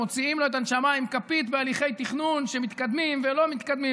מוציאים לו את הנשמה עם כפית בהליכי תכנון שמתקדמים ולא מתקדמים,